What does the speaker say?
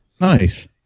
Nice